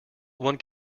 one